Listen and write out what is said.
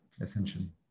essentially